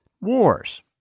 wars